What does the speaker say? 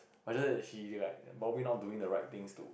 but is that she like probably not doing the right things to